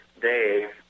Dave